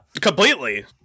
completely